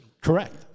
Correct